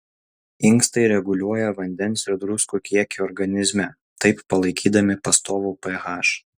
inkstai reguliuoja vandens ir druskų kiekį organizme taip palaikydami pastovų ph